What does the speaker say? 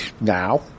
now